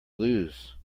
lose